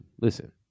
listen